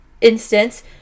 instance